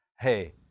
hey